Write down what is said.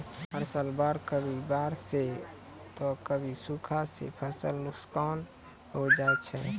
हर साल कभी बाढ़ सॅ त कभी सूखा सॅ फसल नुकसान होय जाय छै